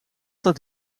dat